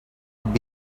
would